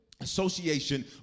association